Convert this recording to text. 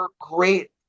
great